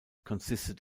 consisted